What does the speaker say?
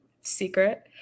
secret